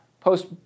post